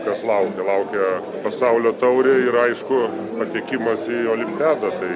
kas laukia laukia pasaulio taurė ir aišku patekimas į olimpiadą tai